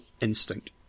instinct